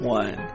one